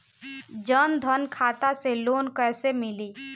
जन धन खाता से लोन कैसे मिली?